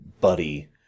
buddy